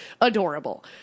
adorable